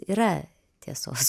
yra tiesos